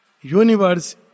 Universe